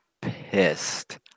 pissed